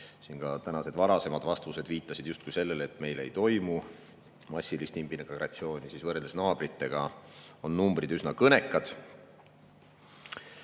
0,4%. Ka tänased varasemad vastused viitasid siin justkui sellele, et meil ei toimu massilist immigratsiooni, ent võrreldes naabritega on numbrid üsna kõnekad.